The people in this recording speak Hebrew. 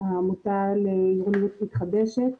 העמותה לעירוניות מתחדשת.